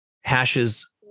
hashes